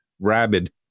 rabid